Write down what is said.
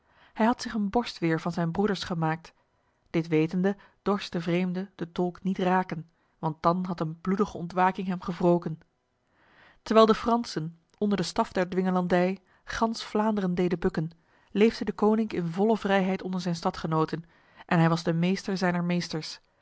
hij had zich een borstweer van zijn broeders gemaakt dit wetende dorst de vreemde de tolk niet raken want dan had een bloedige ontwaking hem gewroken terwijl de fransen onder de staf der dwingelandij gans vlaanderen deden bukken leefde deconinck in volle vrijheid onder zijn stadgenoten en hij was de meester zijner meesters